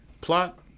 Plot